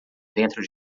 dentro